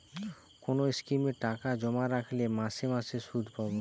কোন স্কিমে টাকা জমা রাখলে মাসে মাসে সুদ পাব?